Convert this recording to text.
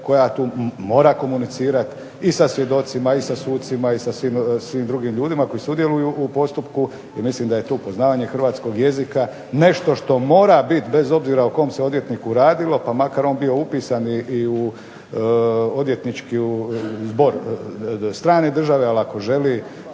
koja tu mora komunicirati i sa svjedocima i sa sucima i sa svim drugim ljudima koji sudjeluju u postupku. I mislim da je tu poznavanje hrvatskog jezika nešto što mora biti bez obzira o kom se odvjetniku radilo, pa makar on bio upisan i u odvjetnički zbor strane države. Ali ako želi